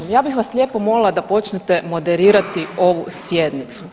238., ja bi vas lijepo molila da počnete moderirati ovu sjednicu.